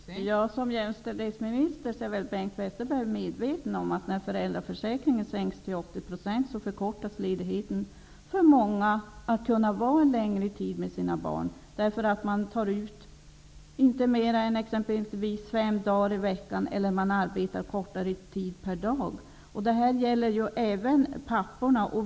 Fru talman! I sin egenskap av jämställdhetsminister är väl Bengt Westerberg medveten om att när ersättningen från föräldraförsäkringen sänks till 80 % minskas möjligheten för många att kunna vara tillsammans en längre tid med sina barn. De tar endast ut fem dagar per vecka eller arbetar kortare tid per dag. Det gäller även papporna.